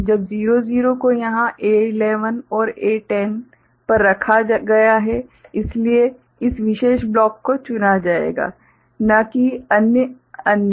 जब 00 को यहां A11 और A10 पर रखा गया है इसलिए इस विशेष ब्लॉक को चुना जाएगा न कि अन्य अन्य को